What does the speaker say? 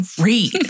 read